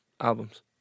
albums